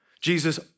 Jesus